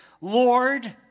Lord